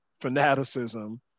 fanaticism